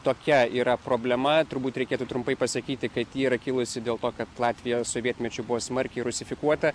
tokia yra problema turbūt reikėtų trumpai pasakyti kad ji yra kilusi dėl to kad latvija sovietmečiu buvo smarkiai rusifikuota